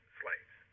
slaves